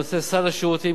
לנושא סל השירותים,